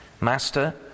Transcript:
Master